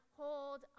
hold